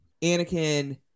Anakin